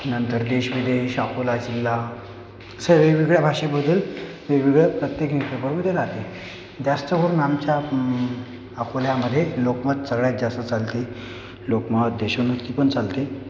नंतर देश विदेश अकोला जिल्हा असे वेगवेगळ्या भाषेबद्दल वेगवेगळ्या प्रत्येकी विभागाचे राहते जास्त करून आमच्या अकोल्यामध्ये लोकमत सगळ्यात जास्त चालते लोकमत देशोन्नती पण चालते